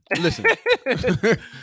Listen